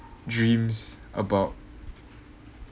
dreams about